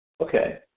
Okay